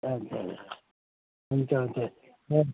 हुन्छ हुन्छ